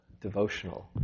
devotional